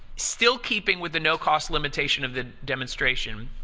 still keeping with the no cost limitation of the demonstration,